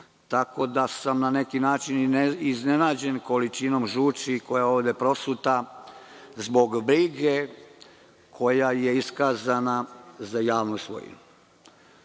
tako da sam na neki način iznenađen količinom žuči koja je ovde prosuta zbog brige koja je iskazana za javnu svojinu. Javna